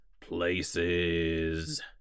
Places